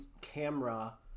camera